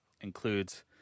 includes